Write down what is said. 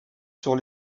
sur